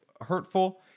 hurtful